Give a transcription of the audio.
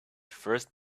first